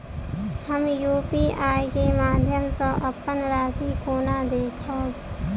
हम यु.पी.आई केँ माध्यम सँ अप्पन राशि कोना देखबै?